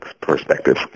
perspective